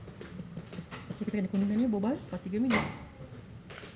macam ni kita kena berbual for tiga minit